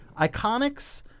Iconics